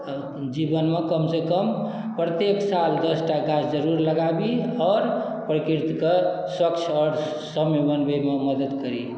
जीवनमे कम से कम प्रत्येक साल दस टा गाछ जरूर लगाबी आओर प्रकृति के स्वच्छ आओर सौम्य बनबै मे मदद करी